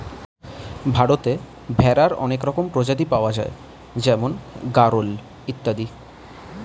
ভারতে ভেড়ার অনেক রকমের প্রজাতি পাওয়া যায় যেমন গাড়ল ইত্যাদি